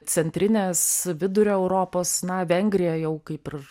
centrinės vidurio europos na vengrija jau kaip ir